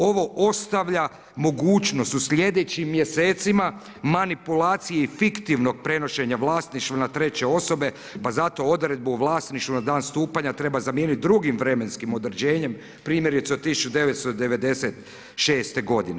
Ovo ostavlja mogućnost u sljedećim mjesecima manipulaciji fiktivnog prenošenja vlasništva na treće osobe, pa zato odredbu o vlasništvu na dan stupanja treba zamijeniti drugim vremenskim određenjem primjerice od 1996. godine.